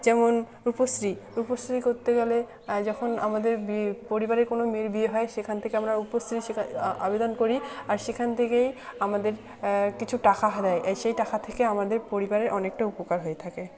যেমন রূপশ্রী রূপশ্রী করতে গেলে যখন আমাদের পরিবারের কোনো মেয়ের বিয়ে হয় সেখান থেকে আমরা রূপশ্রী সেকা আবেদন করি আর সেখান থেকে আমাদের কিছু টাকা দেয় এই সেই টাকা থেকে আমাদের পরিবারের অনেকটা উপকার হয়ে থাকে